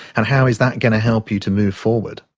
and how is that going to help you to move forward?